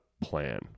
plan